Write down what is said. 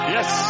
Yes